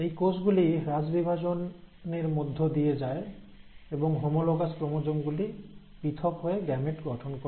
এই কোষগুলি হ্রাসবিভাজনের মধ্য দিয়ে যায় এবং হোমোলোগাস ক্রোমোজোম গুলি পৃথক হয়ে গ্যামেট তৈরি করে